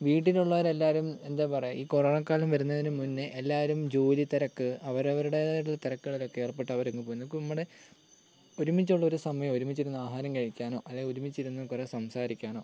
വീട്ടിലുള്ളവരെല്ലാവരും ഇപ്പോൾ എന്താ പറയുക ഈ കൊറോണ കാലം വരുന്നതിനു മുന്നേ എല്ലാവരും ജോലി തിരക്ക് അവരവരുടെതായിട്ടുള്ള തിരക്കുകളിലൊക്കെ ഏർപ്പെട്ട് അവരങ്ങു പോയിരുന്നു അപ്പോൾ നമ്മുടെ ഒരുമിച്ചുള്ളൊരു സമയം ഒരുമിച്ചിരുന്നു ആഹാരം കഴിക്കാനോ അല്ലെങ്കിൽ ഒരുമിച്ചിരുന്നു കുറേ സംസാരിക്കാനോ